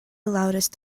loudest